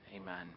Amen